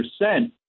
percent